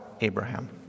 Abraham